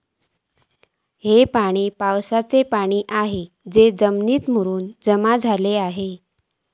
ह्या पाणी पावसाचा पाणी हा जा जमिनीत मुरून जमा झाला आसा